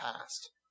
past